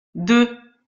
deux